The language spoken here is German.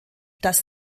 dass